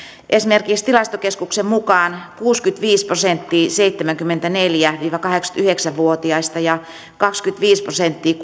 esimerkiksi tilastokeskuksen mukaan kuusikymmentäviisi prosenttia seitsemänkymmentäneljä viiva kahdeksankymmentäyhdeksän vuotiaista ja kaksikymmentäviisi prosenttia